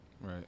Right